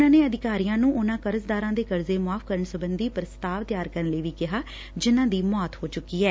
ਉਨ੍ਹਾਂ ਨੇ ਅਧਿਕਾਰੀਆਂ ਨੂੰ ਉਨ੍ਹਾਂ ਕਰਜ਼ਦਾਰਾਂ ਦੇ ਕਰਜ਼ੇ ਮੁਆਫ਼ ਕਰਨ ਸਬੰਧੀ ਪ੍ਸਤਾਵ ਤਿਆਰ ਕਰਨ ਲਈ ਵੀਂ ਕਿਹਾ ਜਿਨ੍ਹਾਂ ਦੀ ਮੌਤ ਹੋ ਚੁੱਕੀ ਐ